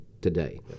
today